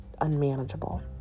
unmanageable